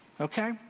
okay